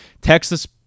Texas